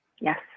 Yes